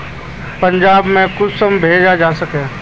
पंजाब में कुंसम भेज सकोही?